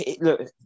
Look